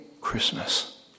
Christmas